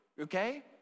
okay